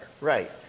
Right